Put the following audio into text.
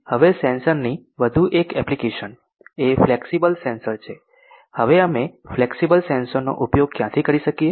હવે સેન્સર ની વધુ એક એપ્લિકેશન એ ફ્લેક્સિબલ સેન્સર છે હવે અમે ફ્લેક્સિબલ સેન્સર નો ઉપયોગ ક્યાંથી કરી શકીએ